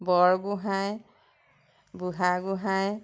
Borgohain Burhagohain